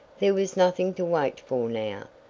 there was nothing to wait for now,